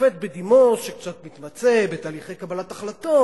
שופט בדימוס שקצת מתמצא בתהליכי קבלת החלטות,